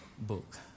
book